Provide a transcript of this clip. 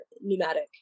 pneumatic